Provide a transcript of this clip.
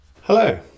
Hello